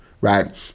Right